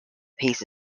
peace